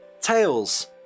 Tails